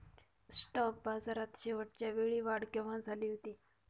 Stock बाजारात शेवटच्या वेळी वाढ केव्हा झाली होती?